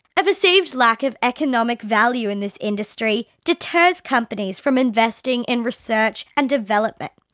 a perceived lack of economic value in this industry deters companies from investing in research and development.